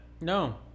No